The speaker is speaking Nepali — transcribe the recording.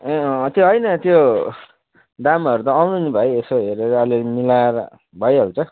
ए त्यो होइन त्यो दामहरू त आउनु नि भाइ यसो हेरेर अलिअलि मिलाएर भइहाल्छ